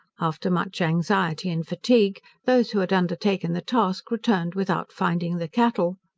after much anxiety and fatigue, those who had undertaken the task returned without finding the cattle.